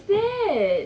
what is that